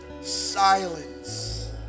silence